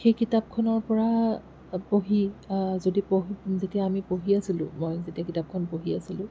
সেই কিতাপখনৰপৰা পঢ়ি যদি যেতিয়া আমি পঢ়ি আছিলোঁ গোটেই কিতাপখন পঢ়ি আছিলোঁ